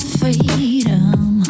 freedom